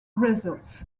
results